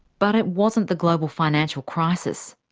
but it wasn't the global financial crisis.